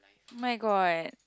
oh-my-god